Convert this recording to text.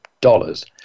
dollars